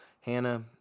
Hannah